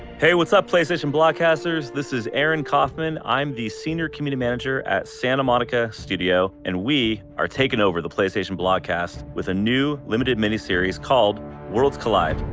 hey, what's up playstation blog casters. this is aaron kaufman. i'm the senior community manager at santa monica studio. and we are taking over the playstation blog cast with a new limited miniseries called worlds collide.